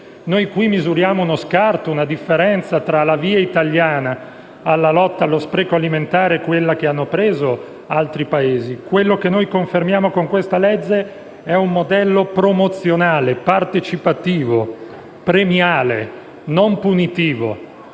Noi qui misuriamo uno scarto e una differenza tra la via italiana alla lotta allo spreco alimentare e quella che hanno preso altri Paesi. Quello che confermiamo con questa legge è un modello promozionale, partecipativo, premiale e non punitivo;